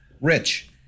Rich